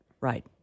Right